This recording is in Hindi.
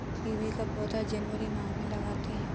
कीवी का पौधा जनवरी माह में लगाते हैं